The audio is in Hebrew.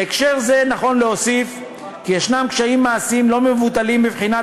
בהקשר זה נכון להוסיף כי יש קשיים מעשיים לא מבוטלים בבחינת